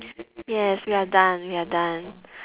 yes we are done we are done